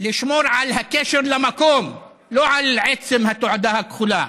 לשמור על הקשר למקום, לא על עצם התעודה הכחולה.